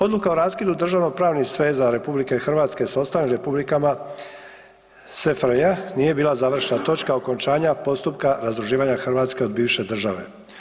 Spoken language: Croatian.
Odluka o raskidu državnopravnih sveza RH s ostalim republikama SFRJ nije bila završena točka okončanja postupka razdruživanja Hrvatske od bivše države.